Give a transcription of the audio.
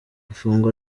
ifunga